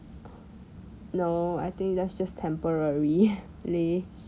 no I think that's just temporary leh